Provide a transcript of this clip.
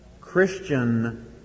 Christian